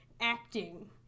acting